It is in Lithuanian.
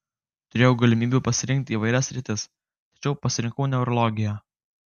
turėjau galimybių pasirinkti įvairias sritis tačiau pasirinkau neurologiją